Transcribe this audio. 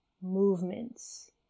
movements